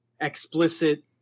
explicit